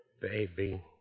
Baby